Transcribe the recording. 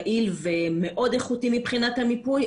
יעיל ומאוד איכותי מבחינת המיפוי.